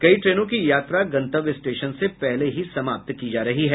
कई ट्रेनों की यात्रा गंतव्य स्टेशन से पहले ही समाप्त की जा रही है